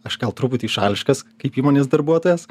aš gal truputį šališkas kaip įmonės darbuotojas